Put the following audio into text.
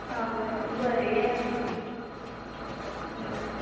हा बरें बरें येया तुमी आ बरें